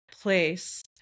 place